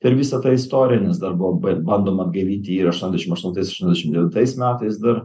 per visą tą istoriją nes dar buvo bandoma gaivinti jį ir aštuoniasdešimt aštuntais aštuoniasdešim devintais metais dar